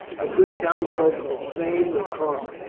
the good townsfolk of thame were calmer.